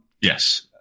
yes